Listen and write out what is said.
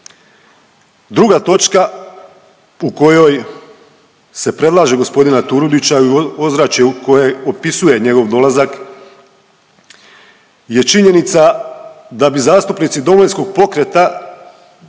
Druga točka u kojoj se predlaže gospodina Turudića i ozračje koje opisuje njegov dolazak je činjenica da bi zastupnici Domovinskog pokreta kao